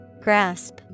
Grasp